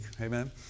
Amen